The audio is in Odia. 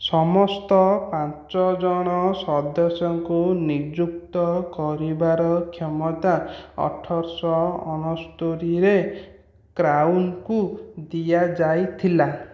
ସମସ୍ତ ପାଞ୍ଚ ଜଣ ସଦସ୍ୟଙ୍କୁ ନିଯୁକ୍ତ କରିବାର କ୍ଷମତା ଅଠରଶହ ଅଣସ୍ତୋରି ରେ କ୍ରାଉନ୍ କୁ ଦିଆଯାଇଥିଲା